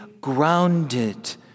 grounded